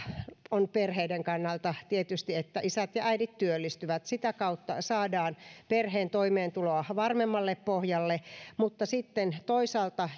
on perheiden kannalta tietysti se että isät ja äidit työllistyvät sitä kautta saadaan perheen toimeentuloa varmemmalle pohjalle mutta sitten toisaalta